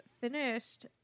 finished